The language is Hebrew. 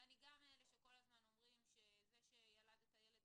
אני בין אלה שכל הזמן אומרים שזה שילדת ילד,